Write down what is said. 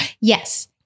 Yes